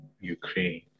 Ukraine